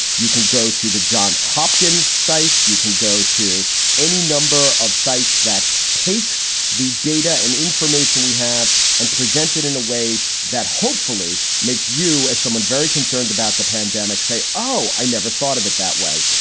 you can go to the johns hopkins site. you can go to any number of sites that take the data and information we have and presented in a way that hopefully makes you as someone very concerned about the pandemic, say, oh, i never thought of it that way.